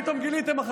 ואם גיליתם במקרה,